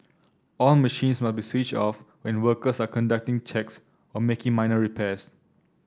all machines must be switched off when workers are conducting checks or making minor repairs